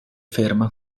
ferma